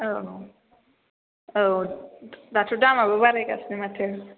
औ औ दाथ' दामाबो बारायगासिनो माथो